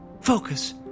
Focus